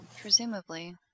Presumably